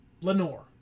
Lenore